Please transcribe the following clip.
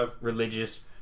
religious